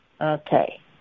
Okay